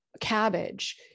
cabbage